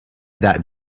that